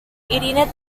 irina